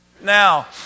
Now